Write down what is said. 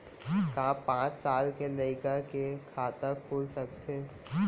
का पाँच साल के लइका के खाता खुल सकथे?